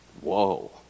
Whoa